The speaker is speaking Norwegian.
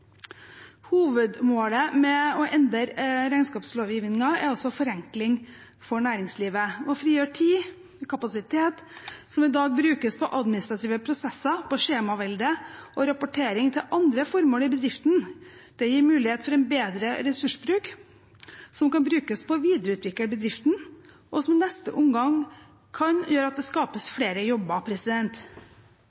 Hovedmålet med å endre regnskapslovgivningen er altså en forenkling for næringslivet – frigjøre tid og kapasitet som i dag brukes på administrative prosesser, på skjemavelde og på rapportering til andre formål i bedriften. Det gir mulighet for en bedre ressursbruk, som kan gjøre at man videreutvikler bedriften, og som i neste omgang kan gjøre at det skapes